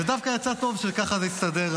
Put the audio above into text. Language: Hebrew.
ודווקא יצא טוב שככה זה הסתדר,